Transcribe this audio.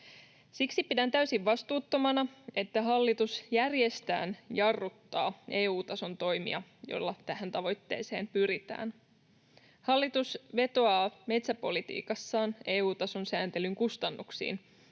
Siksi pidän täysin vastuuttomana, että hallitus järjestään jarruttaa EU-tason toimia, joilla tähän tavoitteeseen pyritään. Hallitus vetoaa metsäpolitiikassaan EU-tason sääntelyn kustannuksiin